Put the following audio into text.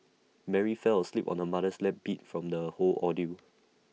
Mary fell asleep on her mother's lap beat from the whole ordeal